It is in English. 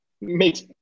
makes